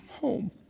home